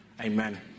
Amen